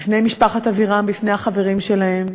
בפני משפחת אבירם, בפני החברים שלהם,